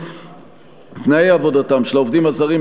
3. תנאי עבודתם של העובדים הזרים,